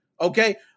okay